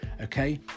okay